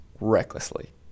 recklessly